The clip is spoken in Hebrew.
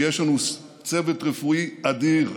כי יש לנו צוות רפואי אדיר.